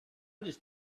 just